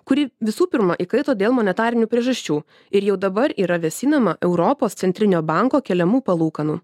kuri visų pirma įkaito dėl monetarinių priežasčių ir jau dabar yra vėsinama europos centrinio banko keliamų palūkanų